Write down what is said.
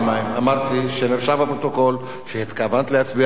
אמרתי שנרשם בפרוטוקול שהתכוונת להצביע בעד.